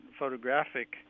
photographic